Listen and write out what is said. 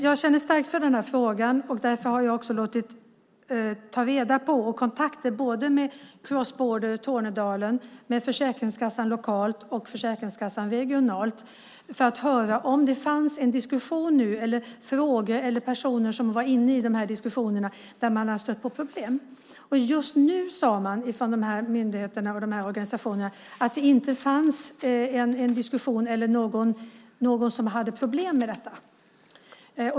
Jag känner starkt för den här frågan. Därför har jag låtit ta reda på hur det ligger till och har haft kontakter både med Crossborder Tornedalen och med Försäkringskassan såväl lokalt som regionalt. Jag ville höra om det förs en diskussion eller om det finns frågor eller personer som är inne i diskussioner där man har stött på problem. Just nu sade man från de här myndigheterna och organisationerna att det inte fanns någon diskussion eller någon som hade problem med detta.